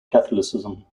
catholicism